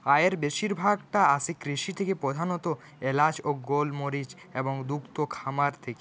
আয়ের বেশিরভাগ টা আসে কৃষি থেকে প্রধানত এলাচ ও গোলমরিচ এবং দুগ্ধ খামার থেকে